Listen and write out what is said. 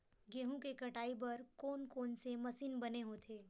गेहूं के कटाई बर कोन कोन से मशीन बने होथे?